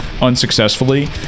unsuccessfully